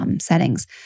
settings